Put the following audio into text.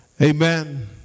Amen